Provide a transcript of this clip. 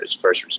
first